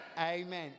Amen